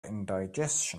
indigestion